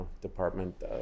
department